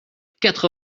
quatre